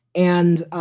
and,